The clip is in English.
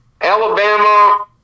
Alabama